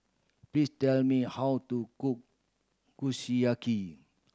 please tell me how to cook Kushiyaki